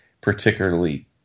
particularly